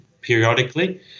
periodically